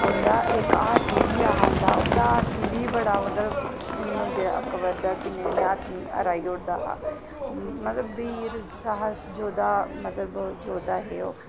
उं'दा इक हाथी बी ऐहा दा उं'दा हाथी बी बड़ा मतलब जेह्ड़ा अकबर दे कि'न्नें कि'न्नें हाथियें गी हराई ओड़दा हा मतलब वीर साहस योद्धा मतलब योद्धा हे ओह्